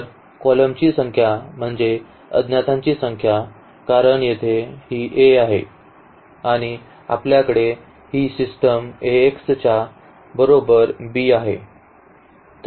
तर कॉलमची संख्या म्हणजे अज्ञातांची संख्या कारण येथे ही A आहे आणि आपल्याकडे ही सिस्टम Ax च्या बरोबर b आहे